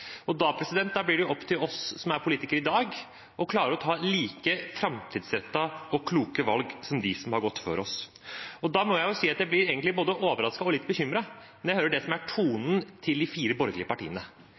Da blir det opp til oss som er politikere i dag, å klare å ta like framtidsrettede og kloke valg som dem som har gått før oss. Da må jeg si at jeg egentlig blir både overrasket og litt bekymret når jeg hører